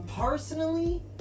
personally